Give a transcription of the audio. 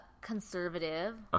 Conservative